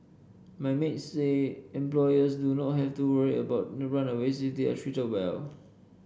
but maid say employers do not have to worry about the runaways they are treated well